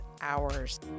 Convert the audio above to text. hours